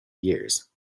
years